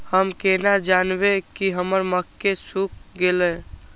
हम केना जानबे की हमर मक्के सुख गले?